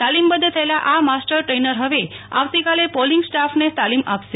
તાલીમબદ્ધ થયેલા આ master trainer હવે શનિવારે પોલિંગ સ્ટાફને તાલીમ આપશે